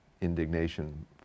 indignation